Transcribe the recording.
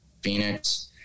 Phoenix